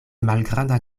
malgranda